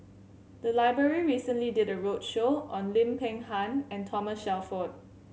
the library recently did a roadshow on Lim Peng Han and Thomas Shelford